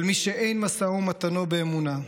אבל מי שאין משאו ומתנו באמונה,